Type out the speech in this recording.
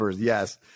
yes